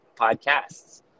podcasts